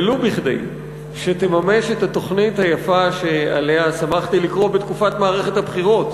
ולו כדי שתממש את התוכנית שעליה שמחתי לקרוא בתקופת מערכת הבחירות: